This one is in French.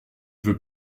veux